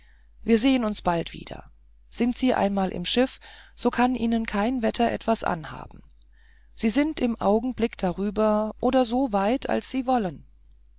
wir sehen uns bald wieder sind sie einmal im schiff so kann ihnen kein wetter etwas anhaben sie sind im augenblick darüber oder so weit als sie wollen